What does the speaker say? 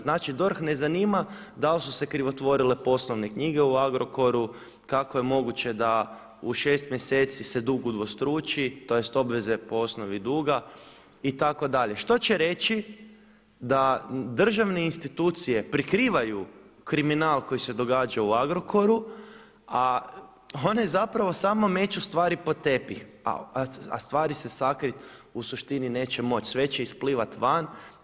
Znači DORH ne zanima da li su se krivotvorile poslovne knjige u Agrokoru, kako je moguće da u šest mjeseci se dug udvostruči tj. obveze po osnovi duga itd., što će reći da državne institucije prikrivaju kriminal koji se događa u Agrokoru, a one zapravo samo meću stvari pod tepih, a stvari se sakrit u suštini neće moći, sve će isplivati van.